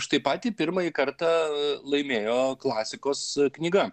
štai patį pirmąjį kartą laimėjo klasikos knyga